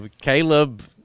Caleb